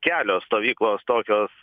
kelios stovyklos tokios